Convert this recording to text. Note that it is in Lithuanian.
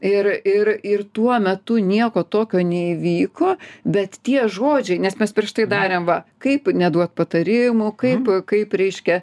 ir ir ir tuo metu nieko tokio neįvyko bet tie žodžiai nes mes prieš tai darėm va kaip neduot patarimų kaip kaip reiškia